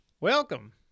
Welcome